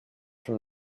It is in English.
from